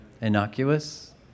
innocuous